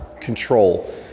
control